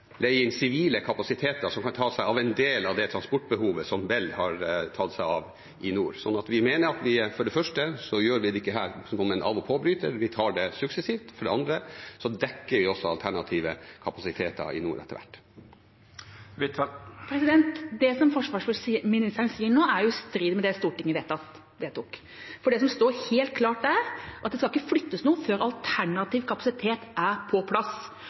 leie inn sivile kapasiteter som kan ta seg av en del av det transportbehovet som Bell har tatt seg av i nord. Vi mener for det første at vi ikke gjør dette som en av/på-bryter, vi tar det suksessivt. For det andre dekker vi også alternative kapasiteter i nord etter hvert. Det som forsvarsministeren sier nå, er jo i strid med det Stortinget vedtok. Det som står helt klart der, er at det ikke skal flyttes noe før alternativ kapasitet er på plass.